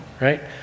right